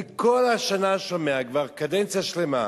אני כל השנה שומע, כבר קדנציה שלמה,